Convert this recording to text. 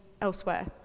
elsewhere